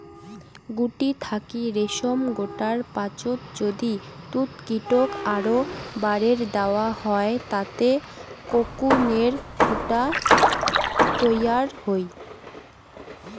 গুটি থাকি রেশম গোটার পাচত যদি তুতকীটক আরও বারের দ্যাওয়া হয় তানে কোকুনের ফুটা তৈয়ার হই